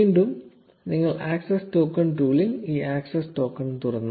വീണ്ടും നിങ്ങൾ access token ടൂളിൽ ഈ ആക്സസ് ടോക്കൺ തുറന്നാൽ